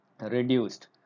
reduced